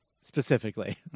specifically